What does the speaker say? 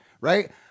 right